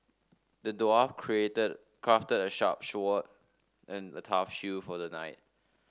the dwarf crafted a sharp and a tough shield for the knight